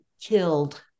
killed